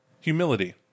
humility